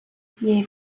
цієї